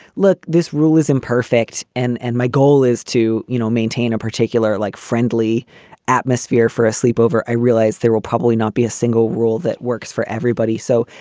look, this rule is imperfect. and and my goal is to, you know, maintain a particular like friendly atmosphere for a sleepover. i realized there will probably not be a single rule that works for everybody. everybody. so,